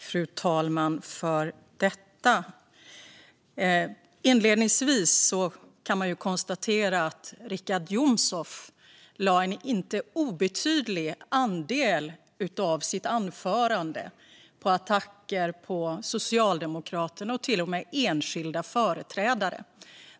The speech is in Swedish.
Fru talman! Inledningsvis kan jag konstatera att Richard Jomshof lade en inte obetydlig del av sitt anförande på attacker på Socialdemokraterna, och till och med på enskilda företrädare.